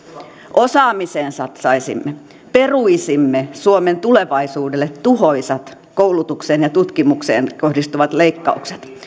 osaamiseen satsaisimme peruisimme suomen tulevaisuudelle tuhoisat koulutukseen ja tutkimukseen kohdistuvat leikkaukset